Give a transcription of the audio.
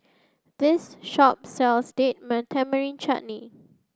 this shop sells Date Tamarind Chutney